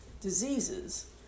diseases